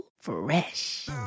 Fresh